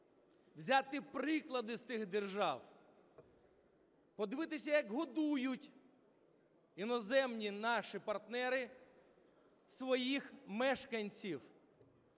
взяти приклади з тих держав, подивитися, як годують іноземні наші партнери своїх мешканців.